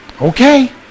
Okay